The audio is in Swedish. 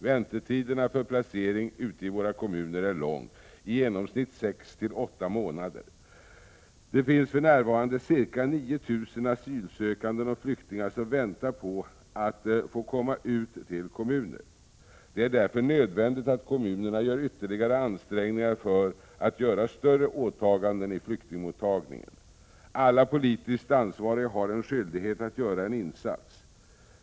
Väntetiderna för placering ute i våra kommuner är lång, i genomsnitt 6-8 månader. Det finns för närvarande ca 9 000 asylsökande och flyktingar som väntar på att få komma ut till kommuner. Det är därför nödvändigt att kommunerna gör ytterligare ansträngningar för att göra större åtaganden i flyktingmottagningen. Alla politiskt ansvariga har en skyldighet att göra en insats.